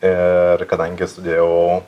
ir kadangi studijavau